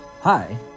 Hi